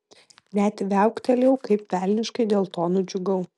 net viauktelėjau kaip velniškai dėl to nudžiugau